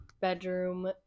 bedroom